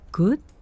Good